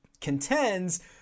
contends